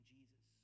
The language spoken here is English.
Jesus